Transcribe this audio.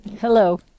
Hello